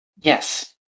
Yes